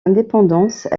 indépendance